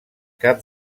cap